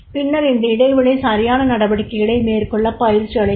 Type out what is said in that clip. பின்னர் இந்த இடைவெளி சரியான நடவடிக்கைகளை மேற்கொள்ளப் பயிற்சி அளிக்கும்